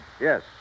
Yes